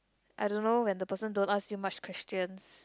I don't know when the person don't ask you much questions